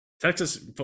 Texas